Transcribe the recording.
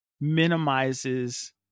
minimizes